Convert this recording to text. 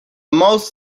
mouse